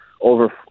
over